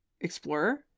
explorer